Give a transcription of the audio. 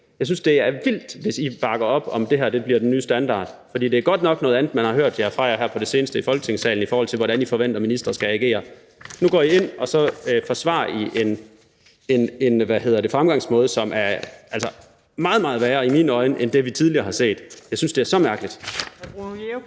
Jeg synes, det er vildt, hvis I bakker op om, at det her bliver den nye standard, for det er godt nok noget andet, man har hørt fra jer her på det seneste i Folketingssalen, i forhold til hvordan I forventer ministre skal agere. Nu går I ind og forsvarer en fremgangsmåde, som altså er meget, meget værre, i mine øjne, end det, vi tidligere har set. Jeg synes, det er så mærkeligt.